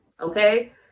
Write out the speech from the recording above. okay